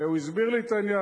הוא הסביר לי את העניין.